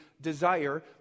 desire